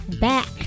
back